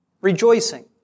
rejoicing